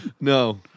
No